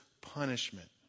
punishment